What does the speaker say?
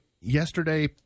yesterday